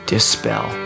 Dispel